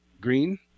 green